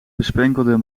besprenkelde